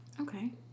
Okay